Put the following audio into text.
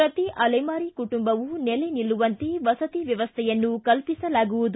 ಪ್ರತಿ ಅಲೆಮಾರಿ ಕುಟುಂಬವೂ ನೆಲೆನಿಲ್ಲುವಂತೆ ವಸತಿ ವ್ವವಸ್ಥೆಯನ್ನು ಕಲ್ಪಿಸಲಾಗುವುದು